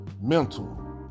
mental